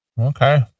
Okay